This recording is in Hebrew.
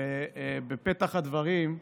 ובפתח הדברים,